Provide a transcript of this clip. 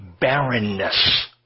barrenness